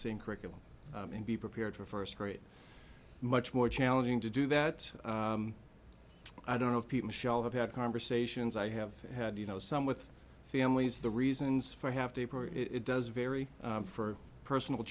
same curriculum and be prepared for first grade much more challenging to do that i don't know if people shall have had conversations i have had you know some with families the reasons for have to it does vary for personal